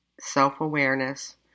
self-awareness